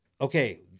okay